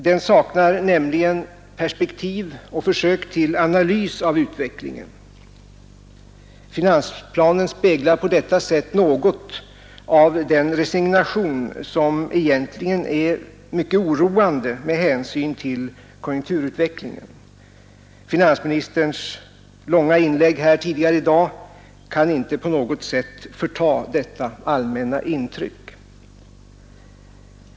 Den saknar nämligen perspektiv och försök till analys av utvecklingen. Finansplanen speglar på detta sätt något av den resignation som egentligen är mycket oroande med hänsyn till konjunkturutvecklingen. Finansministerns långa inlägg tidigare i dag kan inte på något sätt förta detta allmänna intryck.